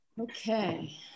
Okay